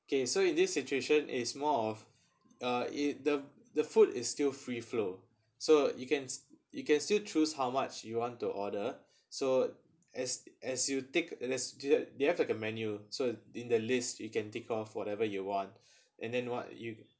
okay so in this situation it's more of uh it the the food is still free flow so you can you can still choose how much you want to order so as as you take as they have they have the menu so in the list you can take off whatever you want and then what you